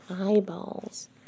eyeballs